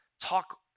talk